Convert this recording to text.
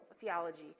theology